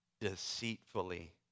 deceitfully